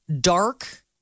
Dark